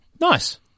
Nice